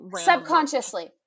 subconsciously